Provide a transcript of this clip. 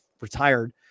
retired